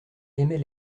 aimait